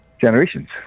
generations